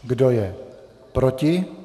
Kdo je proti?